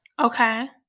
Okay